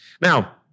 Now